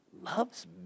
loves